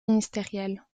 ministériels